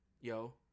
Yo